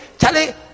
Charlie